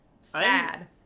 Sad